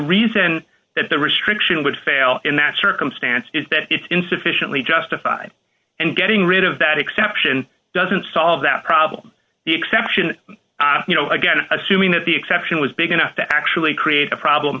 reason that the restriction would fail in that circumstance is that it's insufficiently justified and getting rid of that exception doesn't solve that problem the exception again assuming that the exception was big enough to actually create a problem